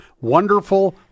wonderful